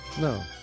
No